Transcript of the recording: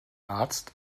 arzt